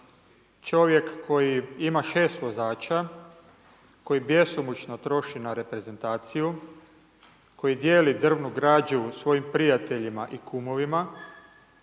Čovjek koji ima 6 vozača, koji bjesomučno troši na reprezentaciju koji dijeli drvnu građu svojim prijateljima i kumovima